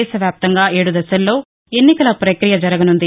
దేశ వ్యాప్తంగా ఏడు దశల్లో ఎన్నికల ప్రక్రియ జరగనున్నది